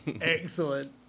Excellent